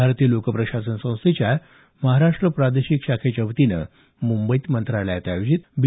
भारतीय लोक प्रशासन संस्थेच्या महाराष्ट् प्रादेशिक शाखेच्यावतीनं मुंबईत मंत्रालयात आयोजित बी